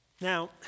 Now